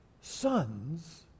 sons